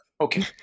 okay